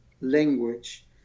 language